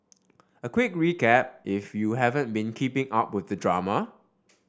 a quick recap if you haven't been keeping up with the drama